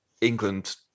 England